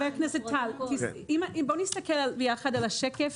חבר הכנסת טל, בוא נסתכל ביחד על השקף.